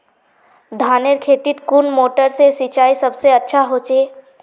धानेर खेतोत कुन मोटर से सिंचाई सबसे अच्छा होचए?